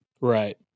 Right